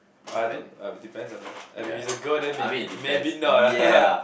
uh I don't I will depends on the if it's a girl then maybe maybe not ah